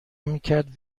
میکرد